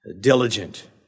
diligent